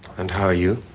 and how are you?